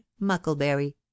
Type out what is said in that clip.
muckleberry